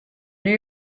new